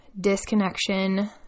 disconnection